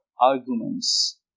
arguments